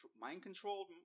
mind-controlled